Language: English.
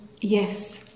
Yes